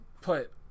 put